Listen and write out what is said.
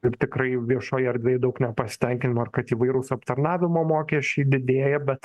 ir tikrai viešoje erdvėj daug nepasitenkinimo ir kad įvairūs aptarnavimo mokesčiai didėja bet